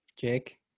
Jake